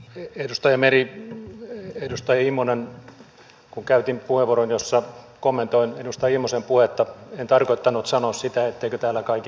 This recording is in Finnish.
edustaja meri edustaja immonen kun käytin puheenvuoron jossa kommentoin edustaja immosen puhetta en tarkoittanut sanoa sitä etteikö täällä kaikilla olisi puhevapaus